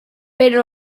però